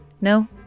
No